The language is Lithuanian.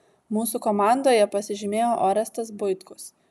mūsų komandoje pasižymėjo orestas buitkus